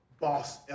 boss